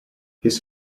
his